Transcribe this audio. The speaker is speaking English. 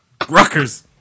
Ruckers